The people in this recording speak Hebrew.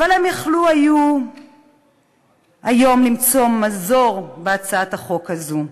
הם היו יכולים היום למצוא מזור בהצעת החוק הזו.